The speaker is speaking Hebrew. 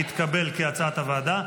כהצעת הוועדה,